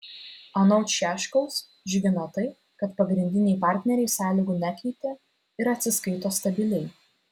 anot šiaškaus džiugina tai kad pagrindiniai partneriai sąlygų nekeitė ir atsiskaito stabiliai